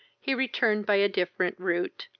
he returned by a different route,